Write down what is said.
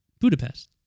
Budapest